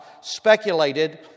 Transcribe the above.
speculated